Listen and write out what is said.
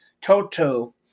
Toto